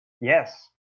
Yes